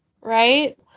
Right